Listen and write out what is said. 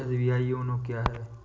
SBI YONO क्या है?